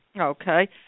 Okay